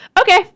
okay